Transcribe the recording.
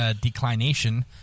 declination